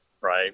right